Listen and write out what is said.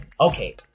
Okay